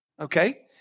Okay